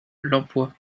l’emploi